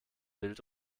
wild